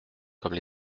comme